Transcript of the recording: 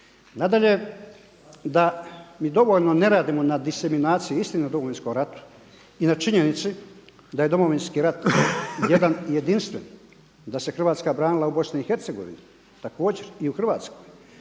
Nadalje da mi dovoljno ne radimo na disiminaciji istine o Domovinskom ratu i na činjenici da je Domovinski rat jedan jedinstven, da se Hrvatska branila u Bosni i Hercegovini, također i u Hrvatskoj.